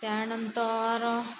त्यानंतर